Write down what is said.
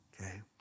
okay